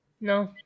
No